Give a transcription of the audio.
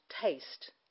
taste